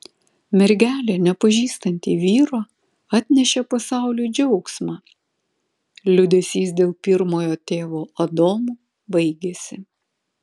mergelė nepažįstanti vyro atnešė pasauliui džiaugsmą liūdesys dėl pirmojo tėvo adomo baigėsi